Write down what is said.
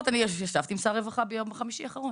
ישבתי עם שר הרווחה ביום חמישי האחרון.